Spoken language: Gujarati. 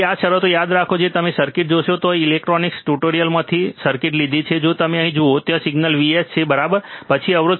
કોમનમોડ ઇનપુટ ઇમ્પેડન્સ એ દરેક ઇનપુટ અને ગ્રાઉન્ડ વચ્ચે કુલ અવરોધ સિવાય બીજું કંઈ નથી તેનો અર્થ એ છે કે આ અને ગ્રાઉન્ડ અથવા નોન ઇન્વર્ટીંગ ટર્મિનલ વચ્ચેનો અવરોધ અને તેની વચ્ચેનો અવરોધ